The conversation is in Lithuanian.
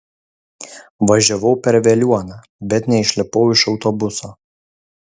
važiavau per veliuoną bet neišlipau iš autobuso